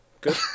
Good